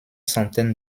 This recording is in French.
centaine